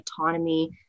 autonomy